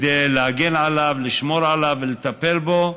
כדי להגן עליו, לשמור עליו ולטפל בו,